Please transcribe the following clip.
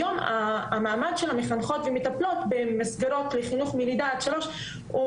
היום המעמד של המחנכות-מטפלות במסגרות לחינוך מלידה עד שלוש הוא